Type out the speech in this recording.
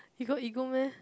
you got ego meh